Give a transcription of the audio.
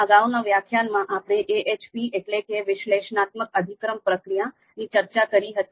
અગાઉના વ્યાખ્યાનમાં આપણે AHP એટલે કે વિશ્લેષણાત્મક અધિક્રમ પ્રક્રિયા ની ચર્ચા કરી હતી